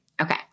Okay